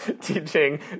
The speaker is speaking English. teaching